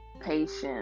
Patience